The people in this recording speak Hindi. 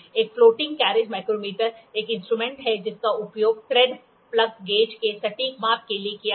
एक फ्लोटिंग कैरिज माइक्रोमीटर एक इंस्ट्रूमेंट है जिसका उपयोग थ्रेड प्लग गेज के सटीक माप के लिए किया जाता है